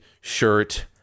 shirt